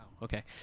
Okay